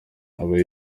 aba